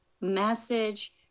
message